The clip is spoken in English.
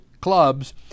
clubs